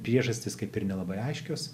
priežastys kaip ir nelabai aiškios